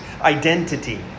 identity